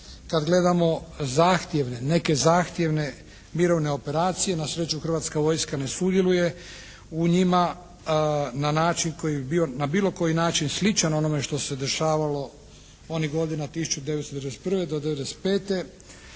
kad gledamo zahtjevne, neke zahtjevne mirovne operacije. Na sreću hrvatska vojska ne sudjeluje u njima na način koji bi bio na bilo koji način sličan onome što se dešavalo onih godina 1991. do 1995.